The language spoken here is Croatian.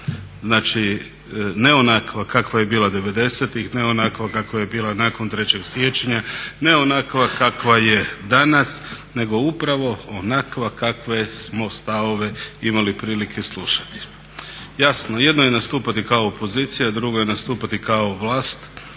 Znači, ne onakva kakva je bila devedesetih, ne onakva kakva je bila nakon 3. siječnja, ne onakva kakva je danas nego upravo onakva kakve smo stavove imali prilike slušati. Jasno, jedno je nastupati kao opozicija, drugo je nastupati kao vlast.